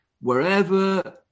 Wherever